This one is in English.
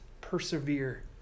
Persevere